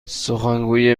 سخنگوی